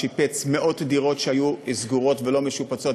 שיפץ מאות דירות שהיו סגורות ולא משופצות,